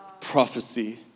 prophecy